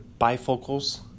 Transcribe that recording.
bifocals